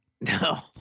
No